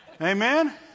amen